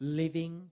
living